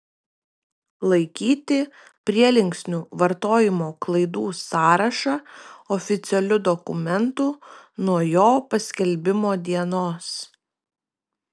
laikyti prielinksnių vartojimo klaidų sąrašą oficialiu dokumentu nuo jo paskelbimo dienos